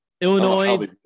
Illinois